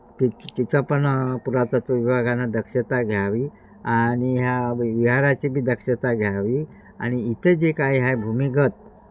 ती तिचा पण पुरातत्व विभागानं दक्षता घ्यावी आणि ह्या विहाराची बी दक्षता घ्यावी आणि इथं जे काय आहे भूमिगत